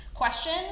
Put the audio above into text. question